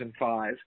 2005